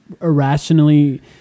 irrationally